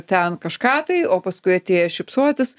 ten kažką tai o paskui atėję šypsotis